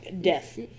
death